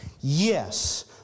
Yes